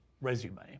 resume